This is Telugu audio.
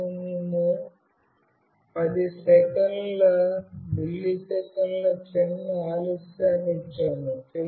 మరియు మేము 10 మిల్లీసెకన్ల చిన్న ఆలస్యాన్ని ఇచ్చాము